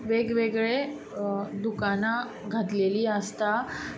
वेगवेगळे दुकानां घातिल्लीं आसतात